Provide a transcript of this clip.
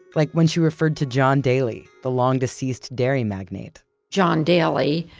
like when she referred to john daley, the long-deceased dairy magnate john daly,